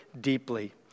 deeply